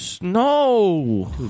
No